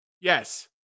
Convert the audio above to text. Yes